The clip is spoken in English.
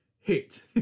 hit